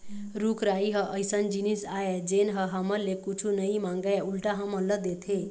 रूख राई ह अइसन जिनिस आय जेन ह हमर ले कुछु नइ मांगय उल्टा हमन ल देथे